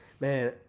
man